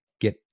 get